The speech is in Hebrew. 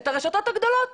את הרשתות הגדולות